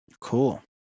Cool